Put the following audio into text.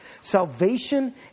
Salvation